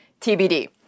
TBD